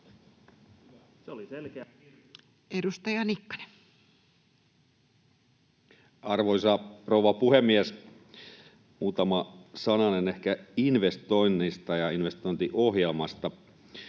00:32 Content: Arvoisa rouva puhemies! Ehkä muutama sananen investoinneista ja investointiohjelmasta.